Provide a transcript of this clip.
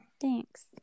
thanks